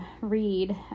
read